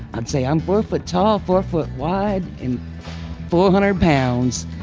i'd say i'm four foot tall, four foot wide and four hundred pounds.